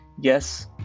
Yes